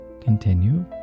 continue